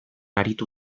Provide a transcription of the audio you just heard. aritu